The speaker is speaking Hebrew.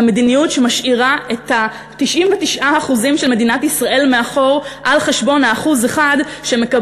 המדיניות שמשאירה 99% של מדינת ישראל מאחור על חשבון 1% שמקבל